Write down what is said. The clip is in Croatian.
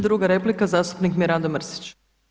Druga replika zastupnik Mirando Mrsić.